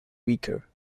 weaker